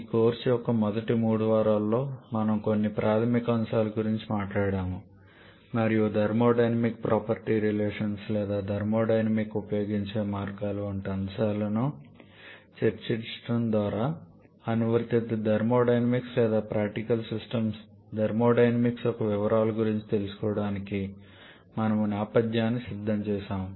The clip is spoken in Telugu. ఈ కోర్సు యొక్క మొదటి మూడు వారాల్లో మనము కొన్ని ప్రాథమిక అంశాల గురించి మాట్లాడాము మరియు థర్మోడైనమిక్ ప్రాపర్టీ రిలేషన్స్ లేదా థర్మోడైనమిక్ ఉపయోగించే మార్గాలు వంటి అంశాలను చర్చించడం ద్వారా అనువర్తిత థర్మోడైనమిక్స్ లేదా ప్రాక్టికల్ సిస్టమ్స్కు థర్మోడైనమిక్స్ యొక్క వివరాల గురించి తెలుసుకోవడానికి మనము నేపథ్యాన్ని సిద్ధం చేసాము